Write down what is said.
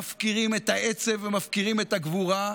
מפקירים את העצב ומפקירים את הגבורה,